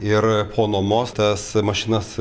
ir po nuomos tas mašinas